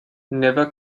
never